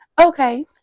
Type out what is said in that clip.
okay